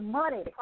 money